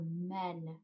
men